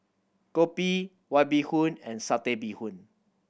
kopi White Bee Hoon and Satay Bee Hoon